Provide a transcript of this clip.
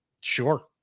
sure